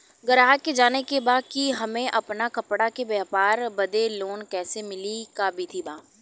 गराहक के जाने के बा कि हमे अपना कपड़ा के व्यापार बदे लोन कैसे मिली का विधि बा?